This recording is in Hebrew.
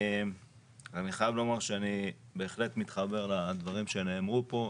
אני חייב לומר שאני מתחבר לדברים שנאמרו פה,